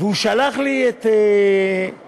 והוא שלח לי, אפילו